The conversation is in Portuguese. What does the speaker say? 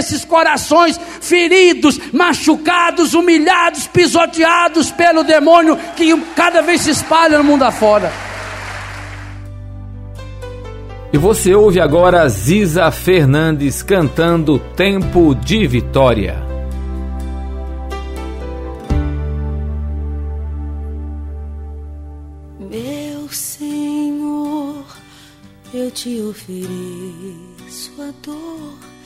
desses corações feridos, machucados, humilhados, pisoteados pelo demônio que cada vez se espalha no mundo afora. E você ouve agora Ziza Fernandes cantando Tempo de Vitória. Meu Senhor, eu te ofereço a dor.